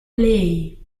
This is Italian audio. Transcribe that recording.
play